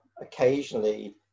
occasionally